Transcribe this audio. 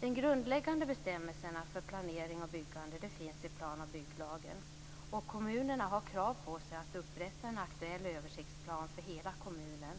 De grundläggande bestämmelserna för planering och byggande finns i plan och bygglagen. Kommunerna har krav på sig att upprätta en aktuell översiktsplan för hela kommunen.